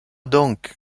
donc